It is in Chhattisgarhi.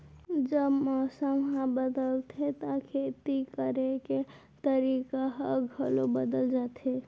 जब मौसम ह बदलथे त खेती करे के तरीका ह घलो बदल जथे?